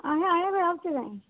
आं आओ आओ